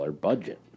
budget